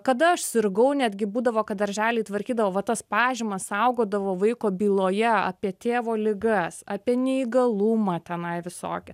kada aš sirgau netgi būdavo kad daržely tvarkydavo va tas pažymas saugodavo vaiko byloje apie tėvo ligas apie neįgalumą tenai visokie